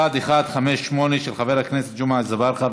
מס' 1158, של חבר הכנסת ג'מעה אזברגה.